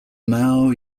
now